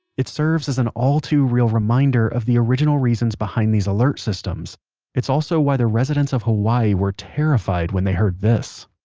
it serves as and all-too-real reminder of the original reasons behind these alert systems it's also why the residents of hawaii were terrified, when they heard this